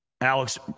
Alex